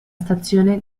stazione